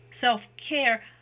self-care